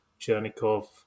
Chernikov